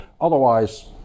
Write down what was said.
Otherwise